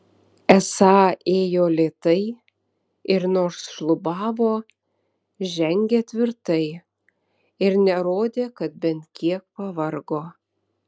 esą ėjo lėtai ir nors šlubavo žengė tvirtai ir nerodė kad bent kiek pavargo